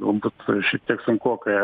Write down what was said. galbūt šiek tiek sunkoka